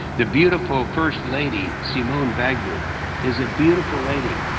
the beautiful first lady simone gbagbo is a beautiful lady.